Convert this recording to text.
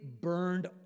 burned